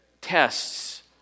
tests